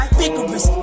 vigorous